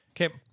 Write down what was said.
Okay